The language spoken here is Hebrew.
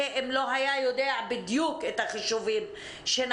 אם הוא לא היה יודע בדיוק את החישובים שנעשו.